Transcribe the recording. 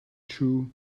true